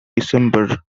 december